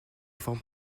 forme